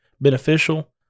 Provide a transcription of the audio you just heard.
beneficial